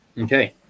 Okay